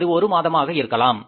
அது ஒரு மாதமாக இருக்கலாம்